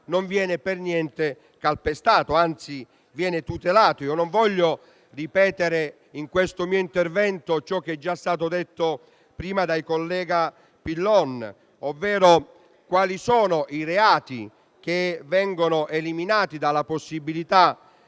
non viene per niente calpestato, ma anzi viene tutelato. Non voglio ripetere in questo mio intervento ciò che è già stato detto prima dal collega Pillon, ossia quali sono i reati che vengono eliminati dalla possibilità